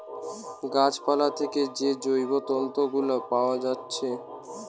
গাছ পালা থেকে যে জৈব তন্তু গুলা পায়া যায়েটে